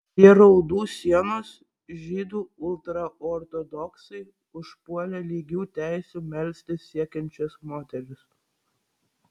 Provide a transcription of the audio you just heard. prie raudų sienos žydų ultraortodoksai užpuolė lygių teisių melstis siekiančias moteris